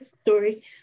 story